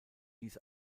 dies